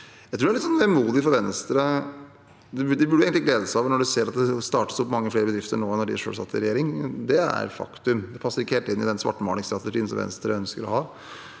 Jeg tror det er litt vemodig for Venstre, men de burde egentlig glede seg over å se at det startes opp mange flere bedrifter nå enn da de selv satt i regjering. Det er et faktum. Det passer ikke helt inn i den svartmalingsstrategien som Venstre ønsker å ha.